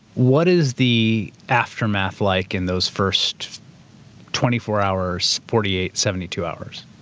what is the aftermath like in those first twenty four hours? forty eight, seventy two hours?